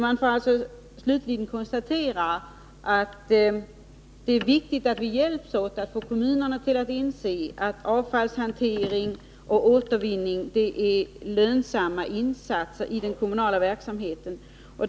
Man får alltså slutligen konstatera att det är viktigt att vi hjälps åt att få kommunerna att inse att avfallshantering och återvinning är lönsamma insatser i den kommunala verksamheten.